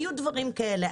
היו דברים כאלה,